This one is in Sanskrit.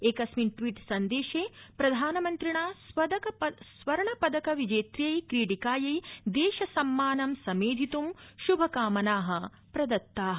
एकस्मिन् ट्वीट् सन्देशे प्रधानमन्त्रिणा स्वर्णपदक विजेत्यै क्रीडिकायै देश सम्मानं समेधितुं शुभकामना प्रदत्ता